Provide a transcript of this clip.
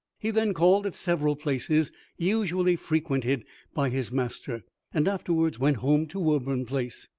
he then called at several places usually frequented by his master, and afterwards went home to woburn place.